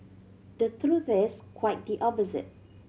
the truth is quite the opposite